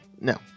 no